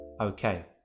Okay